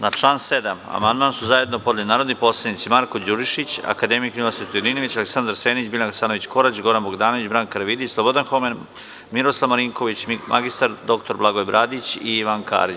Na član 7. amandman su zajedno podneli narodni poslanici Marko Đurišić, akademik Ninoslav Stojadinović, Aleksandar Senić, Biljana Hasanović Korać, Goran Bogdanović, Branka Karavidić, Slobodan Homen, Miroslav Marinković, mr dr Blagoje Bradić i Ivan Karić.